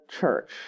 church